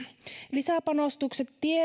lisäpanostukset tiestöön ovat